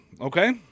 okay